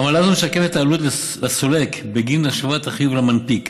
עמלה זו משקפת את העלות לסולק בגין השבת החיוב למנפיק,